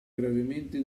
gravemente